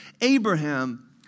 Abraham